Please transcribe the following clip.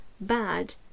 bad